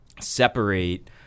separate